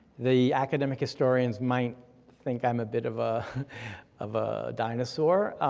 the academic historians might think i'm a bit of ah of a dinosaur.